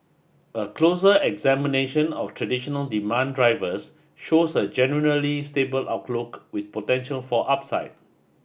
a closer examination of traditional demand drivers shows a generally stable outlook with potential for upside